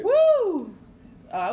Woo